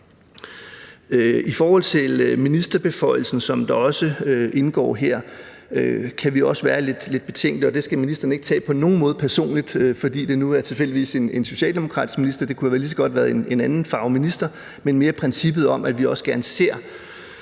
I forhold til ministerbeføjelsen, som også indgår her, kan vi også være lidt betænkelige, og det skal ministeren ikke på nogen måde tage personligt, fordi det nu tilfældigvis er en socialdemokratisk minister. Det kunne jo lige så godt have været en anden farve minister, men det er mere princippet om, at vi også gerne ser